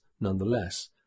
nonetheless